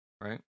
right